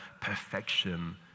perfection